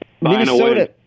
Minnesota